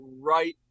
right